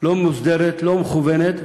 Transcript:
לא מוסדרת, לא מכוונת,